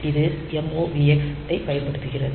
இது MOVX ஐப் பயன்படுத்துகிறது